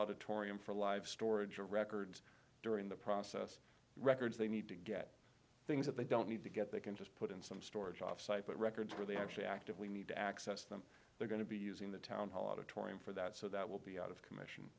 auditorium for a live storage of records during the process records they need to get things that they don't need to get they can just put in some storage off site but records where they actually actively need to access them they're going to be using the town hall auditorium for that so that will be out of commission